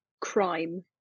crime